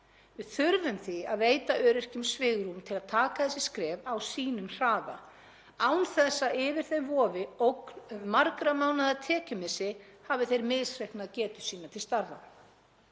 Við þurfum því að veita öryrkjum svigrúm til að taka þessi skref á sínum hraða án þess að yfir þeim vofi ógn um margra mánaða tekjumissi hafi þeir misreiknað getu sína til starfa.